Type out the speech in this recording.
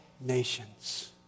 nations